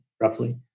roughly